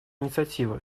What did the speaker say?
инициативы